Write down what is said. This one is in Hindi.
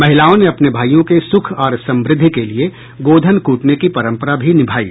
महिलाओं ने अपने भाईयों के सुख और समृद्धि के लिए गोधन कूटने की परम्परा भी निभायी